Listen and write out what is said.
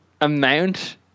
amount